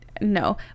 No